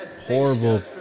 horrible